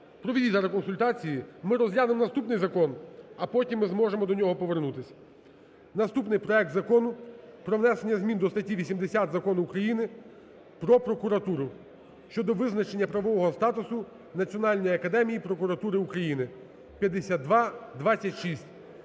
проведіть зараз консультації. Ми розглянемо наступний закон, а потім ми зможемо до нього повернутись. Наступний проект Закону про внесення змін до статті 80 Закону України "Про прокуратуру" (щодо визначення правового статусу Національної академії прокуратури України) (5226).